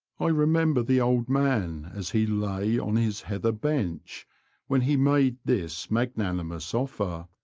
i remember the old man as he lay on his heather bench when he made this magnanimous offer.